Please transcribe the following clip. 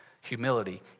Humility